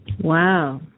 Wow